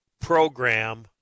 program